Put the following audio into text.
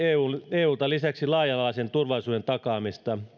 eulta lisäksi laaja alaisen turvallisuuden takaamista